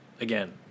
again